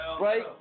right